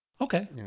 Okay